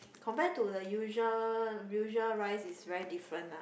compare to the usual usual rice it's very different ah